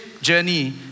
journey